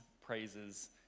praises